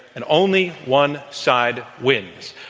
and only one side wins.